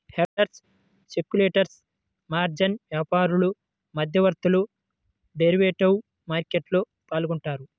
hedgers, speculators, margin వ్యాపారులు, మధ్యవర్తులు derivative మార్కెట్లో పాల్గొంటారు